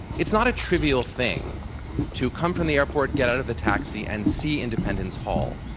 it's not a trivial thing to come from the airport, get out of the taxi, and see independence hall,